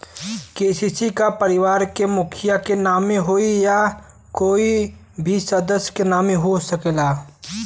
KCC का परिवार के मुखिया के नावे होई या कोई भी सदस्य के नाव से हो सकेला?